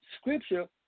scripture